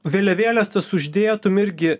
vėliavėlės tas uždėtum irgi